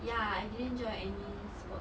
ya I didn't join any sports